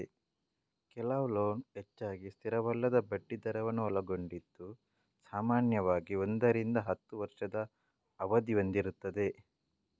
ಕೆಲವು ಲೋನ್ ಹೆಚ್ಚಾಗಿ ಸ್ಥಿರವಲ್ಲದ ಬಡ್ಡಿ ದರವನ್ನ ಒಳಗೊಂಡಿದ್ದು ಸಾಮಾನ್ಯವಾಗಿ ಒಂದರಿಂದ ಹತ್ತು ವರ್ಷದ ಅವಧಿ ಹೊಂದಿರ್ತದೆ